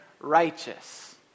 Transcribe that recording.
righteous